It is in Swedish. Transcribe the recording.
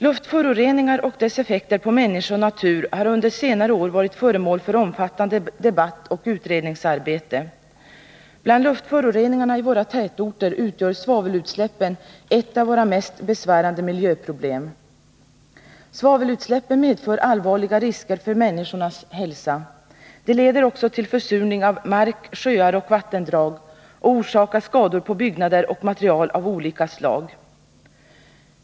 Luftföroreningar och deras effekter på människa och natur har under senare år varit föremål för omfattande debatt och utredningsarbete. Bland luftföroreningarna i våra tätorter utgör svavelutsläppen ett av våra mest besvärande miljöproblem. Svavelutsläppen medför allvarliga risker för människornas hälsa. De leder också till försurning av mark, sjöar och vattendrag och orsakar skador på byggnader och material av olika slag.